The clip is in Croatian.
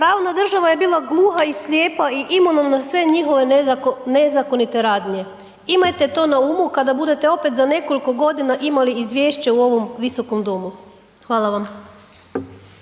Pravna država je bila gluha i slijepa i imuna na sve njihove nezakonite radnje. Imajte to na umu kada budete opet za nekoliko godina imali izvješće u ovom Visokom domu. Hvala vam.